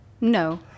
No